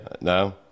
No